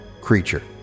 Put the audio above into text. creature